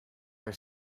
are